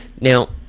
Now